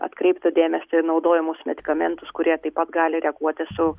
atkreiptų dėmesį į naudojamus medikamentus kurie taip pat gali reaguoti su